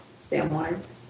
Samwise